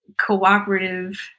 cooperative